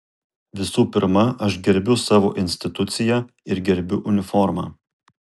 visų pirma aš gerbiu savo instituciją ir gerbiu uniformą